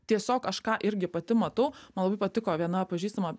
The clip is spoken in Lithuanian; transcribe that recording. tiesiog aš ką irgi pati matau man labai patiko viena pažįstama